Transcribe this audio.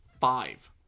five